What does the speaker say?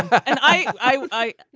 i.